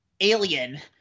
alien